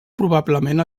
probablement